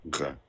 Okay